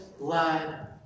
Blood